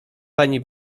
pani